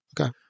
Okay